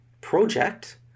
project